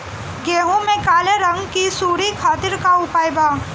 गेहूँ में काले रंग की सूड़ी खातिर का उपाय बा?